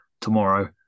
tomorrow